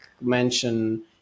mention